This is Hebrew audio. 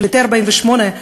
"פליטי 48'",